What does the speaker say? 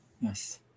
Yes